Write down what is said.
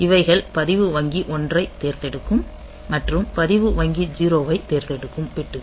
இவைகள் பதிவு வங்கி 1 ஐ தேர்ந்தெடுக்கும் மற்றும் பதிவு வங்கி 0 ஐ தேர்ந்தெடுக்கும் பிட்கள்